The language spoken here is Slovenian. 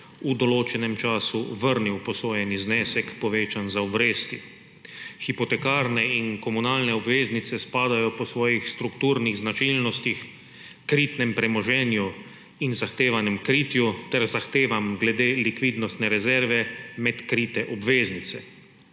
v določenem času vrnil posojeni znesek, povečan za obresti. Hipotekarne in komunalne obveznice spadajo po svojih strukturnih značilnostih, kritnem premoženju in zahtevanem kritju ter zahtevam glede likvidnostne rezerve med krite obveznice.